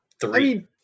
three